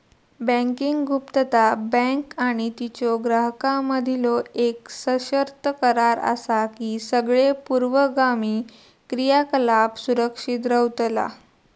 banking गुप्तता, bank आणि तिच्यो ग्राहकांमधीलो येक सशर्त करार असा की सगळे पूर्वगामी क्रियाकलाप सुरक्षित रव्हतला